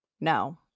No